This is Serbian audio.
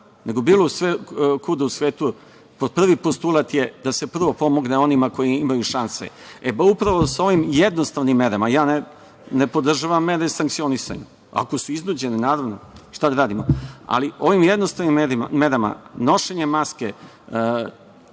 nego bilo kuda u svetu prvi postulat je da se, prvo, pomogne onima koji imaju šanse. Upravo sa ovim jednostavnim merama, ja ne podržavam mere sankcionisanja, ako su iznuđene, šta da radimo, ali ovim jednostavnim merama, nošenjem maske,